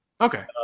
okay